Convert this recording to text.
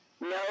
No